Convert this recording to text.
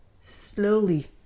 slowly